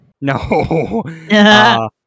No